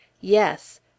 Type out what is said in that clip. Yes